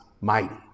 mighty